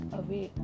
away